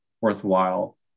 worthwhile